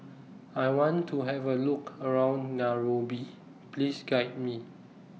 I want to Have A Look around Nairobi Please Guide Me